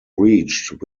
reached